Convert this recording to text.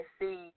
see